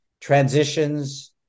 Transitions